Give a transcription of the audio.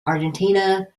argentina